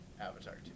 Avatar